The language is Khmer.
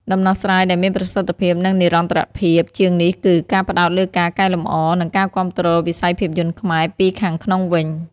ដំណោះស្រាយដែលមានប្រសិទ្ធភាព និងនិរន្តរភាពជាងនេះគឺ ការផ្តោតលើការកែលម្អ និងការគាំទ្រវិស័យភាពយន្តខ្មែរ ពីខាងក្នុងវិញ។